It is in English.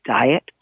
diet